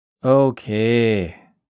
Okay